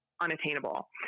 unattainable